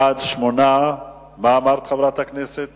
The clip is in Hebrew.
בעד, 8. מה אמרת, חברת הכנסת